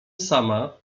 sama